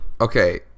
okay